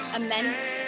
immense